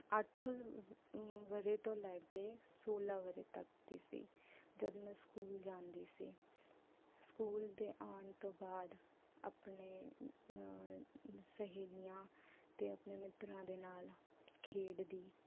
ਅੱਠ ਵਰ੍ਹੇ ਤੋਂ ਲੈ ਕੇ ਸੋਲਾਂ ਵਰ੍ਹੇ ਤੱਕ ਦੀ ਸੀ ਜਦ ਮੈਂ ਸਕੂਲ ਜਾਂਦੀ ਸੀ ਸਕੂਲ ਦੇ ਆਉਣ ਤੋਂ ਬਾਅਦ ਆਪਣੇ ਸਹੇਲੀਆਂ ਅਤੇ ਆਪਣੇ ਮਿੱਤਰਾਂ ਦੇ ਨਾਲ ਖੇਡਦੀ